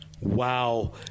wow